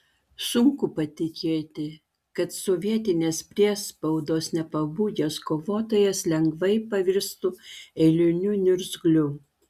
sunku patikėti kad sovietinės priespaudos nepabūgęs kovotojas lengvai pavirstų eiliniu niurgzliu